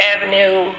Avenue